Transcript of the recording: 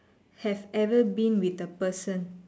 have ever been with a person